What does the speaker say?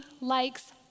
likes